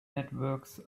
networks